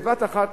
בבת-אחת,